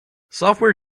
software